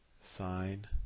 Sine